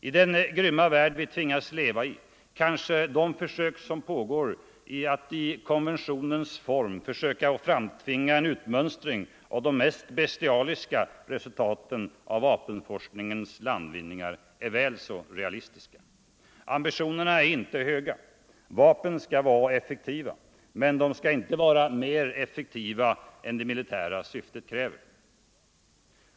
I den grymma värld vi tvingas leva i kanske de försök som pågår att i konventionernas form försöka framtvinga en utmönstring av de mest bestialiska resultaten av vapenforskningens landvinningar är väl så realistiska. Ambitionerna är inte höga. Vapen skall vara effektiva, men de skall inte vara mer effektiva än det militära syftet kräver.